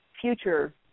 future